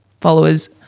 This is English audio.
followers